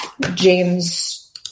James